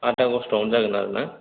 आट आगष्टट'आवनो जागोन आरो ना